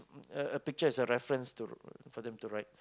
a a picture as a reference to for them to write